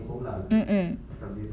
mm mm